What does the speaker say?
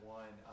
one